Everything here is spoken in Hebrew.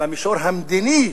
במישור המדיני,